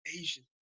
Asian